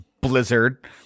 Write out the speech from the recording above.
Blizzard